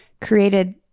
created